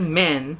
men